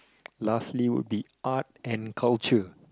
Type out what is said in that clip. lastly would be art and culture